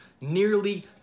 nearly